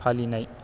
फालिनाय